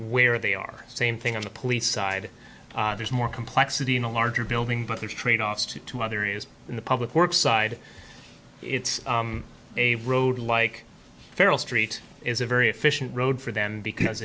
where they are the same thing on the police side there's more complexity in a larger building but there are tradeoffs to two other areas in the public works side it's a road like feral street is a very efficient road for them because